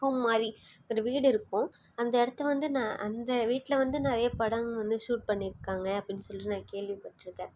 home மாதிரி ஒரு வீடு இருக்கும் அந்த இடத்த வந்து நான் அந்த வீட்டில் வந்து நிறைய படம் வந்து ஷூட் பண்ணியிருக்காங்க அப்படின்னு சொல்லிட்டு நான் கேள்விப்பட்டிருக்கேன்